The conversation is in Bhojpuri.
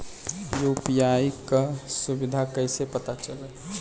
यू.पी.आई क सुविधा कैसे पता चली?